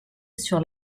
sur